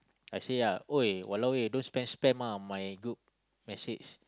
I say ya !oi! !walao! eh don't spam spam ah my group message